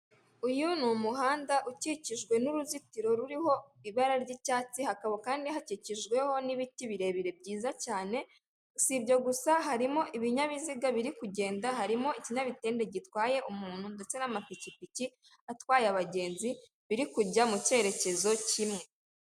Uyu ni umuhanda ukikijwe n'uruzitiro ruriho ibara ry'icyatsi hakaba kandi hakikijweho n'ibiti birebire byiza cyane, si ibyo gusa harimo ibinyabiziga biri kugenda harimo ikinyabitende gitwaye umuntu ndetse n'amapikipiki atwaye abagenzi biri kujya mu cyerekezo kimwe.